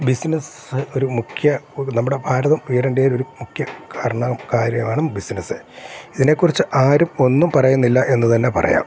business ഒരു മുഖ്യ ഒരു നമ്മുടെ ഭാരതം ഉയരരേണ്ടിയ ഒരു മുഖ്യ കാരണം കാര്യമാണ് ബിസിനസ്സ് ഇതിനെക്കുറിച്ച് ആരും ഒന്നും പറയുന്നില്ല എന്ന് തന്നെ പറയാം